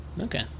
Okay